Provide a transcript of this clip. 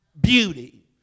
beauty